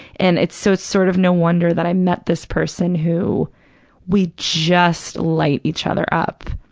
and it's, so it's sort of no wonder that i met this person who we just light each other up,